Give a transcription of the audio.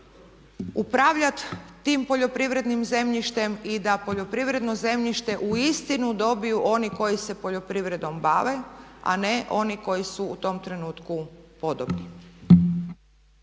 upravljati tim poljoprivrednim zemljištem i da poljoprivredno zemljište uistinu dobiju oni koji se poljoprivredom bave, a ne oni koji su u tom trenutku podobni.